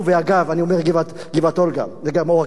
ואגב, אני אומר גבעת-אולגה, זה גם אור-עקיבא.